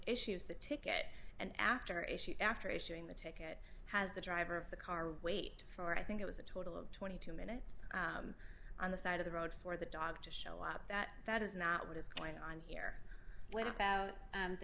issues the ticket and after issue after issuing the ticket has the driver of the car wait for i think it was a total of twenty two minutes on the side of the road for the dog to show up that that is not what is going on here what about